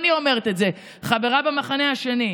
לא אני אומרת את זה, חברה במחנה השני,